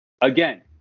Again